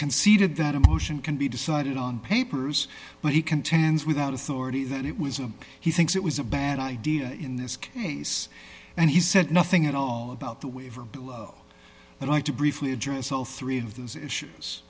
conceded that a motion can be decided on papers but he contends without authority that it was a he thinks it was a bad idea in this case and he said nothing at all about the waiver but i to briefly address all three of those issues